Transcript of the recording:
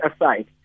aside